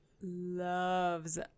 loves